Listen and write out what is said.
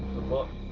the book?